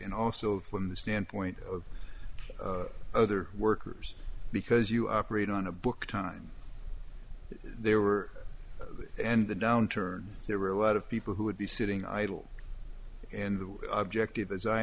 in also from the standpoint of other workers because you operate on a book time they were in the downturn there were a lot of people who would be sitting idle in the objective as i